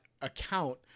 account